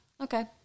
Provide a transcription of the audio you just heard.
Okay